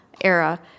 era